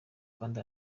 rwanda